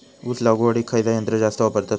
ऊस लावडीक खयचा यंत्र जास्त वापरतत?